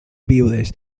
viudes